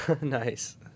Nice